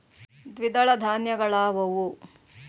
ದ್ವಿದಳ ಧಾನ್ಯಗಳಾವುವು?